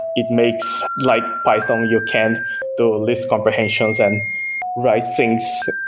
it makes like python you can't do a list comprehension and write things,